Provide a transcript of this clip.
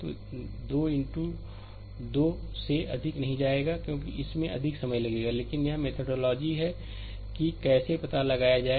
तो2 into 2 से अधिक नहीं जाएगा क्योंकि इसमें अधिक समय लगेगा लेकिन यह एक मेथाडोलॉजी है कि कैसे पता लगाया जाए